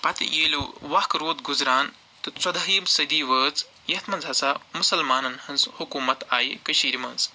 پَتہٕ ییٚلہِ وق روٗد گُزران تہٕ ژۄدہم صٔدی وٲژ یَتھ منٛز ہسا مُسلمانن ۂنز حٔکوٗمَت آیہِ کٔشیٖر منٛز